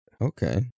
Okay